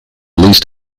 least